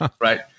right